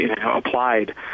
applied